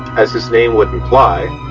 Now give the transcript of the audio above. as his name would imply,